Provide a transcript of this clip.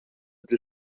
dil